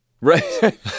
Right